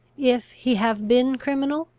if he have been criminal,